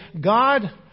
God